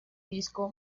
disco